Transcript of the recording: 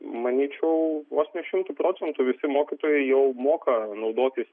manyčiau vos ne šimtu procentų visi mokytojai jau moka naudotis